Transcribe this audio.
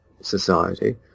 society